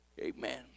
Amen